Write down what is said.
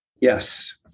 Yes